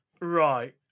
right